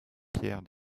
pierre